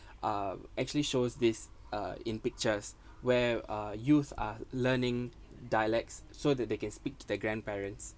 uh actually shows this uh in pictures where uh youth are learning dialects so that they can speak their grandparents